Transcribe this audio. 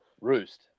roost